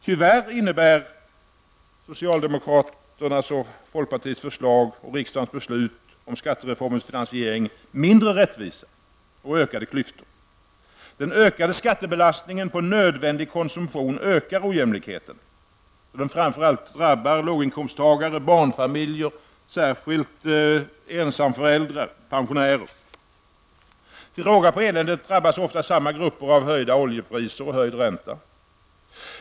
Tyvärr innebär socialdemokraternas och folkpartiets förslag och riksdagens beslut om skattereformens finansiering mindre rättvisa och ökade klyftor. Den ökade skattebelastningen på nödvändig konsumtion ökar ojämlikheten, då den framför allt drabbar låginkomsttagare, barnfamiljer, särskilt ensamföräldrar, och pensionärer. Till råga på eländet drabbas ofta samma grupper av höjda oljepriser och hög ränta.